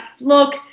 look